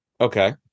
Okay